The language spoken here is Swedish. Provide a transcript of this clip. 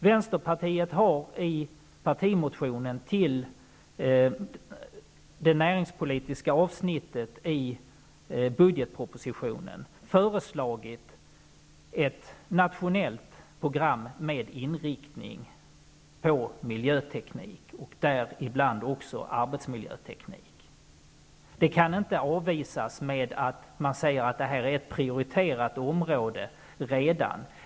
Vänsterpartiet har i sin partimotion som rör det näringspolitiska avsnittet i budgetpropositionen föreslagit ett nationellt program med inriktning på miljöteknik, däribland också arbetsmiljöteknik. Det kan inte avvisas genom att man säger att detta redan är ett prioriterat område.